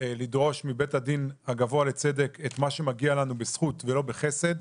לדרוש מבית הדין הגבוה לצדק את מה שמגיע לנו בזכות ולא בחסד.